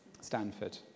Stanford